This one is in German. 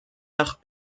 nach